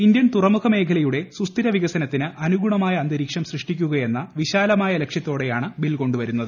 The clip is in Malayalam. ഇന്ത്യൻ തുര്മുഖ് മേഖലയുടെ സുസ്ഥിര വികസനത്തിന് അനുഗുണ്ട്മായ് അന്തരീക്ഷം സൃഷ്ടിക്കു കയെന്ന വിശാലമായ ലക്ഷ്യ ത്തോട്ടെയാണ് ബിൽ കൊണ്ട് വരുന്നത്